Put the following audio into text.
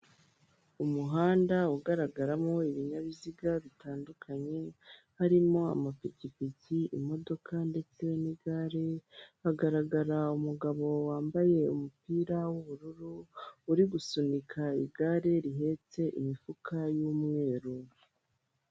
Umuhanda ugaragaramo ibinyabiziga bitandukanye. Harimo amapikipiki, imodoka, ndetse n'igare ,Hagaragara umugabo wambaye umupira w'ubururu, uri gusunika igare rihetse imifuka y'umweru.